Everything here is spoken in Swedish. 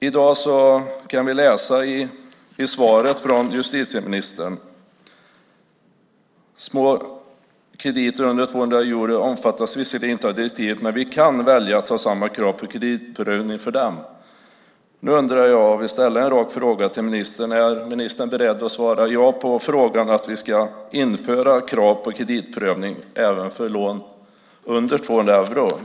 I dag hörde vi i svaret från justitieministern: "Små krediter, under 200 euro, omfattas visserligen inte av direktivet, men vi kan välja att ha samma krav på kreditprövning för dem." Jag vill ställa en rak fråga till ministern. Är ministern beredd att säga ja till att vi ska införa krav på kreditprövning även för lån under 200 euro?